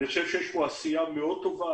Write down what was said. יש פה עשייה טובה מאוד,